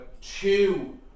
two